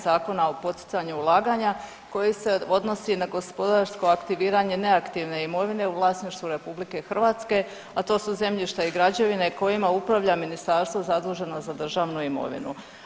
Zakona o poticanju ulaganja koji se odnosi na gospodarsko aktiviranje neaktivne imovine u vlasništvu RH, a to su zemljišta i građevine kojima upravlja ministarstvo zaduženo za državnu imovinu.